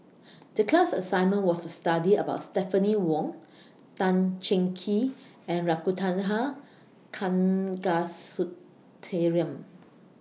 The class assignment was to study about Stephanie Wong Tan Cheng Kee and Ragunathar Kanagasuntheram